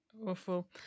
Awful